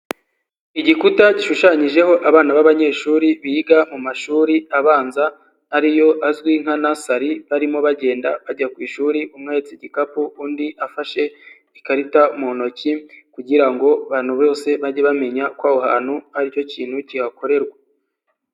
Igikuta gishushanyijeho abana b'abanyeshuri biga mu mashuri abanza, ari yo azwi nka nasari, barimo bagenda bajya ku ishuri, umwe ahetse igikapu undi afashe ikarita mu ntoki, kugira ngo abantu bose bajye bamenya ko aho hantu ari cyo kintu kihakorerwa.